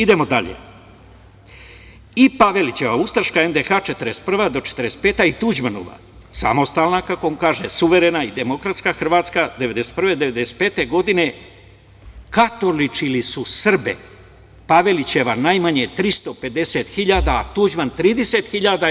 Idemo dalje, i Pavelićeva ustaška NDH 1941. do 1945. i Tuđmanova, samostalna, kako on kaže, suverena i demokratska Hrvatska 1991. do 1995. katoličili su Srbe, Pavelićeva najmanje 350.000, a Tuđman 30.000.